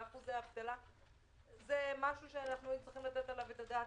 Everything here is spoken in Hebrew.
אנחנו צריכים תשתיות תיירות טובות יותר והתאמות לבתי מלון,